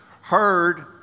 heard